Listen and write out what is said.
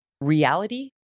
reality